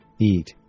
eat